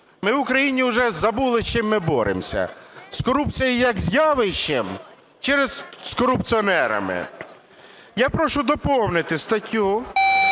Ми в Україні уже забули, з чим ми боремося: з корупцією як з явищем чи з корупціонерами? Я прошу доповнити статтю,